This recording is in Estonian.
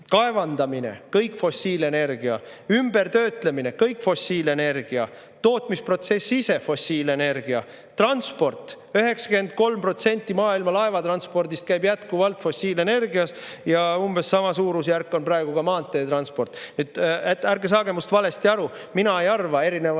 kaevandamine – kõik fossiilenergia. Ümbertöötlemine – kõik fossiilenergia. Tootmisprotsess ise – fossiilenergia. Transport: 93% maailma laevatranspordist käib jätkuvalt fossiilenergia toel ja umbes sama suur osa ka maanteetranspordist. Ärge saage minust valesti aru. Mina ei arva erinevalt